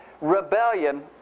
rebellion